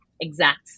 exact